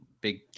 big